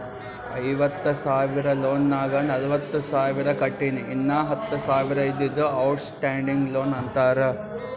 ಐವತ್ತ ಸಾವಿರ ಲೋನ್ ನಾಗ್ ನಲ್ವತ್ತ ಸಾವಿರ ಕಟ್ಟಿನಿ ಇನ್ನಾ ಹತ್ತ ಸಾವಿರ ಇದ್ದಿದ್ದು ಔಟ್ ಸ್ಟ್ಯಾಂಡಿಂಗ್ ಲೋನ್ ಅಂತಾರ